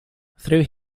through